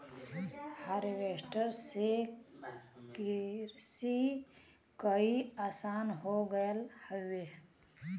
harvester से किरसी कईल आसान हो गयल हौवे